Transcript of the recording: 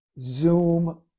Zoom